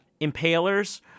impalers